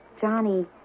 Johnny